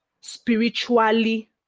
spiritually